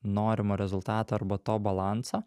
norimo rezultato arba to balansą